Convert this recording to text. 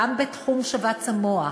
גם בתחום שבץ המוח.